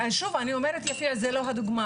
שוב, אני אומרת, יפיע זו לא הדוגמא.